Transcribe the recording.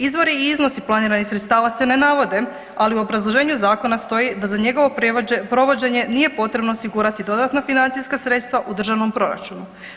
Izvori i iznosi planiranih sredstava se ne navode, ali u obrazloženju Zakona stoji da za njegovo provođenje nije potrebno osigurati dodatna financijska sredstva u Državnom proračunu.